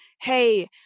Hey